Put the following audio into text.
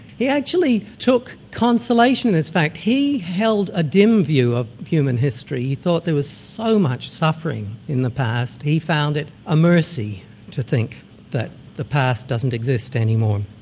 he actually took consolation in this fact. he held a dim view of human history he thought there was so much suffering in the past, he found it a mercy to think that the past doesn't exist any more.